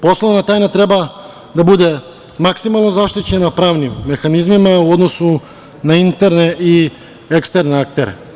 Poslovna tajna treba da bude maksimalno zaštićena pravnim mehanizmima u odnosu na interne i eksterne aktere.